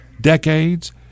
decades